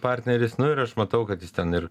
partneris nu ir aš matau kad jis ten ir